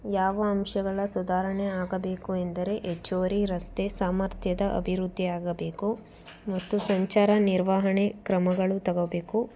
ಯಾವ ಅಂಶಗಳ ಸುಧಾರಣೆ ಆಗಬೇಕು ಎಂದರೆ ಹೆಚ್ಚುವರಿ ರಸ್ತೆ ಸಾಮರ್ಥ್ಯದ ಅಭಿವೃದ್ಧಿ ಆಗಬೇಕು ಮತ್ತು ಸಂಚಾರ ನಿರ್ವಹಣೆ ಕ್ರಮಗಳು ತಗೋಬೇಕು